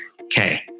Okay